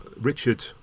Richard